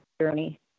journey